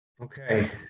Okay